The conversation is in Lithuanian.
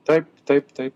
taip taip tai